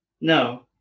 No